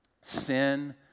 sin